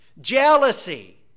Jealousy